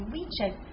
WeChat